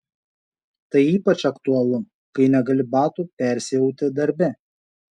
tai ypač aktualu kai negali batų persiauti darbe